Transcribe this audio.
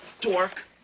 Dork